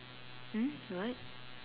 mm what